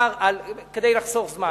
כדי לחסוך זמן.